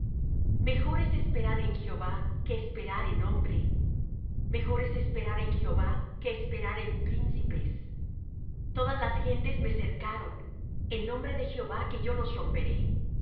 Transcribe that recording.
es esperar en jehová que esperar en hombre mejor es esperar en jehová que esperar en príncipes todas las gentes me cercaron en nombre de jehová que yo los romperé